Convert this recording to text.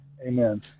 Amen